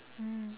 mm